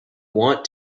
want